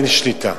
אין שליטה,